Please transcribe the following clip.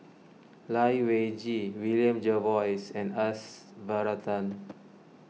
Lai Weijie William Jervois and S Varathan